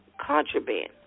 contraband